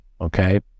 okay